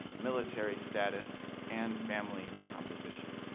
military status, and family composition.